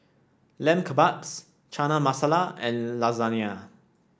Lamb Kebabs Chana Masala and Lasagne